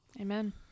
Amen